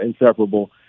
inseparable